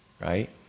right